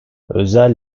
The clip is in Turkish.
özel